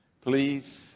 Please